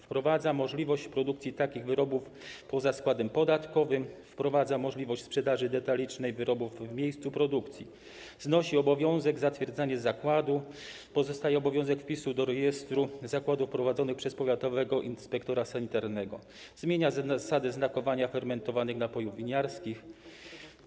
Wprowadza możliwość produkcji takich wyrobów poza składem podatkowym, wprowadza możliwość sprzedaży detalicznej wyrobów w miejscu produkcji, znosi obowiązek zatwierdzania zakładu, pozostaje obowiązek wpisu do rejestru zakładów prowadzonych przez powiatowego inspektora sanitarnego, zmienia zasadę znakowania fermentowanych napojów winiarskich.